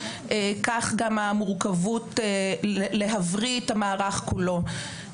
כך גם המורכבות להבריא את המערך כולו.